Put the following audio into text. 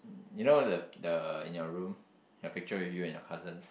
you know the the in your room your picture with you and your cousins